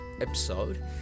episode